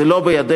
זה לא בידינו,